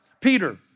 Peter